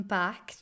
back